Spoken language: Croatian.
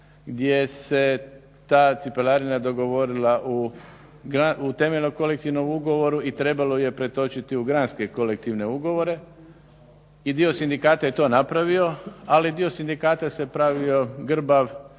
gdje se ta cipelarina dogovorila u temeljnom kolektivnom ugovoru i trebalo ju je pretočiti u granske kolektivne ugovore. I dio sindikata je to napravio ali dio sindikata se pravio grbav